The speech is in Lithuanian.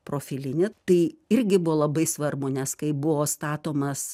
profilinį tai irgi buvo labai svarbu nes kai buvo statomas